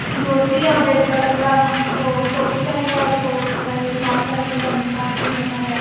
धोती और red colour की वह टोपी चाहिए और वह चाहिए रुमाल चाहिए गमछा जो होता है